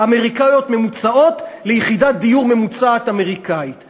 אמריקניות ממוצעות ליחידת דיור אמריקנית ממוצעת.